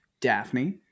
Daphne